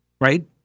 right